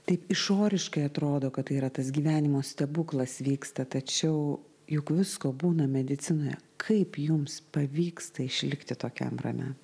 taip išoriškai atrodo kad tai yra tas gyvenimo stebuklas vyksta tačiau juk visko būna medicinoje kaip jums pavyksta išlikti tokiam ramiam